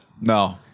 No